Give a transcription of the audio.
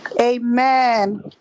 Amen